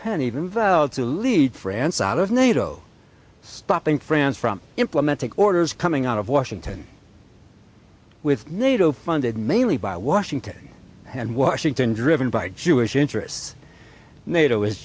pen even vowed to lead france out of nato stopping france from implementing orders coming out of washington with nato funded mainly by washington and washington driven by jewish interests nato is